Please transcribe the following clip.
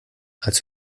als